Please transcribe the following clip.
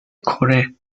کره